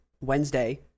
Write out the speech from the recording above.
wednesday